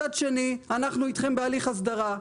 מצד שני, אנחנו איתכם בהליך הסדרה.